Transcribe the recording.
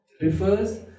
refers